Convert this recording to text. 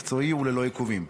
מקצועי וללא עיכובים.